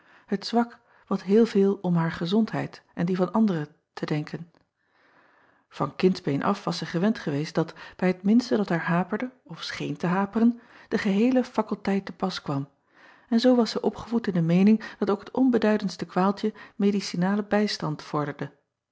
het zwak wat heel veel om haar gezondheid en die van anderen te denken an kindsbeen af was zij gewend geweest dat bij het minste dat haar haperde of scheen te haperen de geheele fakulteit te pas kwam en zoo was zij opgevoed in de meening dat ook het onbeduidendste kwaaltje medicinalen bijstand